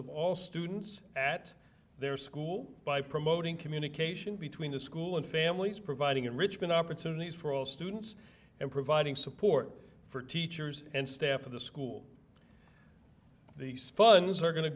of all students at their school by promoting communication between the school and families providing enrichment opportunities for all students and providing support for teachers and staff of the school these funds are going to